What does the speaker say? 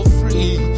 free